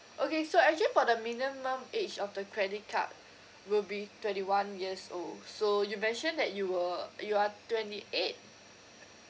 okay so actually for the minimum age of the credit card will be twenty one years old so you mentioned that you were you are twenty eight